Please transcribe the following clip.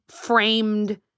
framed